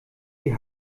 die